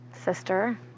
Sister